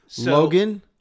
Logan